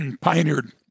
pioneered